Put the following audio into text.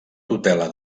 tutela